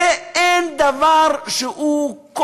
אין דבר שהוא,